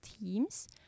teams